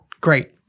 Great